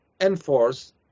enforce